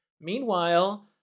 Meanwhile